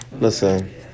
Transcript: Listen